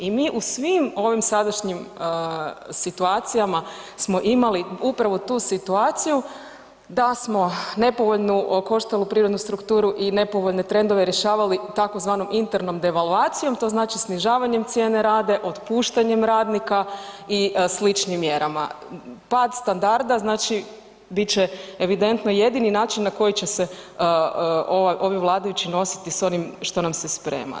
I mi u svim ovim sadašnjim situacijama smo imali upravo tu situaciju da smo nepovoljnu okoštalu privrednu strukturu i nepovoljne trendove rješavali tzv. internom devalvacijom, to znači snižavanjem cijene rada, otpuštanjem radnika i sličnim mjerama, pad standarda znači bit će evidentno jedini način na koji će se ovi vladajući nositi s onim što nam se sprema.